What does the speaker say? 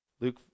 Luke